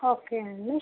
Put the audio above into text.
okay అండి